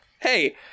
Hey